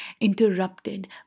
interrupted